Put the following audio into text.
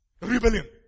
rebellion